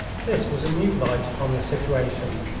this was a new light upon the situation.